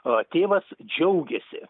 a tėvas džiaugiasi